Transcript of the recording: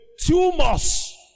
Tumors